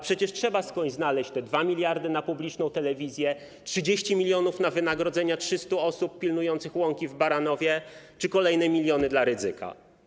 Przecież trzeba skądś wziąć te 2 mld na publiczną telewizję, 30 mln na wynagrodzenia 300 osób pilnujących łąki w Baranowie czy kolejne miliony dla Rydzyka.